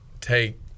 take